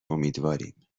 امیدواریم